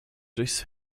durchs